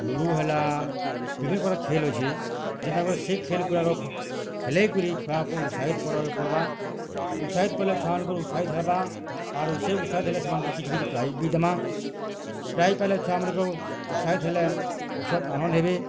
ludo ହେଲା ବିଭିନ୍ନ ପ୍ରକାର୍ ଖେଲ୍ ଅଛେ ଯେନ୍ତା କରି ସେଇ ଖେଲ୍ ଗୁଡ଼ାକ ଖେଲେଇ କରି ଛୁଆ କୁ ଊତ୍ସାହିତ କରବାକେ ପଡ଼ବା ଊତ୍ସାହିତ କଲେ ଛୁଆ ମାନକର୍ ଊତ୍ସାହିତ ହେବା ଆରୁ ସେ ଊତ୍ସାହିତ ହେଲେ ସେମାନଙ୍କୁ କିଛି କିଛି ପ୍ରାଇଜ୍ ବି ଦେମା ପ୍ରାଇଜ୍ ପାଇଲେ ଛୁଆ ମାନକୁ ଊତ୍ସାହିତ ହେଲେ ଉସତ ଆନନ୍ଦ ହେବେ